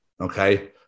Okay